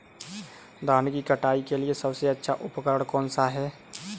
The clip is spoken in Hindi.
धान की कटाई के लिए सबसे अच्छा उपकरण कौन सा है?